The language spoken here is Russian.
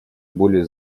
более